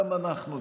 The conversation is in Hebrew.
שגם אנחנו,